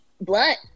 blunt